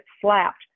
slapped